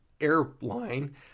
airline